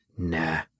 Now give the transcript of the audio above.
Nah